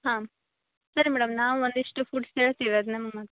ಹಾಂ ಸರಿ ಮೇಡಮ್ ನಾವು ಒಂದಿಷ್ಟು ಫುಡ್ಸ್ ಹೇಳ್ತೀವಿ ಅದನ್ನೇ